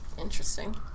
Interesting